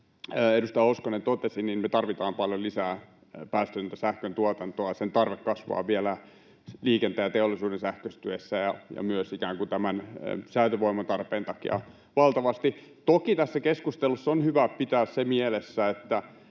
edustaja Hoskonen totesi, että me tarvitaan paljon lisää päästötöntä sähköntuotantoa. Sen tarve kasvaa vielä liikenteen ja teollisuuden sähköistyessä ja myös ikään kuin tämän säätövoiman tarpeen takia valtavasti. Toki tässä keskustelussa on hyvä pitää mielessä se, että